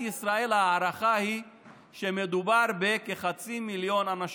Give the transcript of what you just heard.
ההערכה היא שבמדינת ישראל מדובר בכחצי מיליון אנשים.